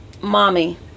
mommy